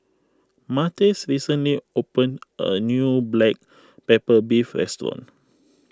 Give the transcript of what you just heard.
Martez recently opened a new Black Pepper Beef restaurant